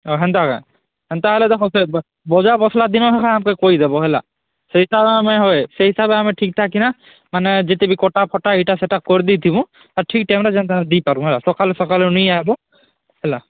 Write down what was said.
ଓ ହେନ୍ତା ଏକା ହେନ୍ତା ହେଲେ ତ ହଁ ସେ ବେ ଭଜା ମସଲା ବିନା ମୁହାଁ ତେ କହିଦେବ ହେଲା ସେଇଟା ଆମେ ହୋଏ ସେଇ ହିସାବେ ଆମେ ଠିକ୍ ଠାକ୍ କିଣା ମାନେ ଯେତିକି କଟା ଫଟା ଏଇଟା ସେଟା କର ଦେଇଥିବୁ ତ ଠିକ୍ ଟାଇମ୍ରେ ଯେନ୍ତା ଦେଇ ପାରମୁ ହେଲା ସକାଲୁ ସକାଳୁ ନେଇ ଆଇବ ଯେ ହେଲା